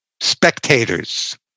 spectators